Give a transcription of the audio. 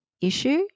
issue